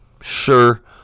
Sure